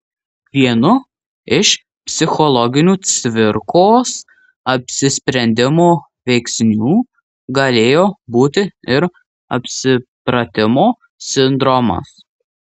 vienu iš psichologinių cvirkos apsisprendimo veiksnių galėjo būti ir apsipratimo sindromas